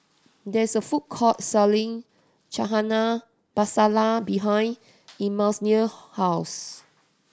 there is a food court selling Chana Masala behind Immanuel house